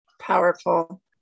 Powerful